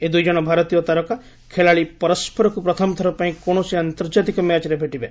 ଏହି ଦୂଇଜଣ ଭାରତୀୟ ତାରକା ଖେଳାଳି ପର୍ୱରକୁ ପ୍ରଥମଥର ପାଇଁ କୌଣସି ଆନ୍ତର୍ଜାତିକ ମ୍ୟାଚ୍ରେ ଭେଟିବେ